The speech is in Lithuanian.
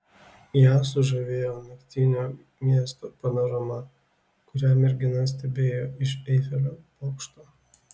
ją sužavėjo naktinio miesto panorama kurią mergina stebėjo iš eifelio bokšto